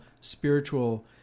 spiritual